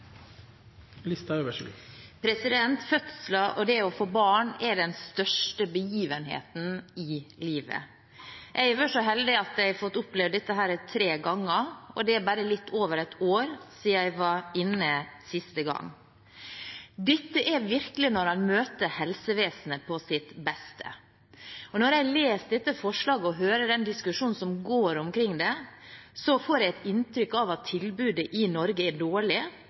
Jeg er så heldig at jeg har fått oppleve dette tre ganger, og det er bare litt over et år siden jeg var inne siste gang. Her møter en virkelig helsevesenet på sitt beste. Når jeg leser disse forslagene og hører diskusjonen, får jeg inntrykk av at tilbudet i Norge er dårlig.